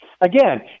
again